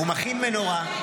הוא מכין מנורה.